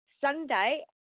Sunday